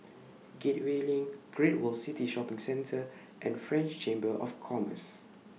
Gateway LINK Great World City Shopping Centre and French Chamber of Commerce